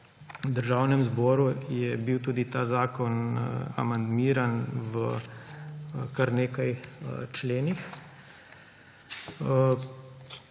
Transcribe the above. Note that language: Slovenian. Državnem zboru je bil tudi ta zakon amandmiran v kar nekaj členih.